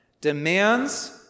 demands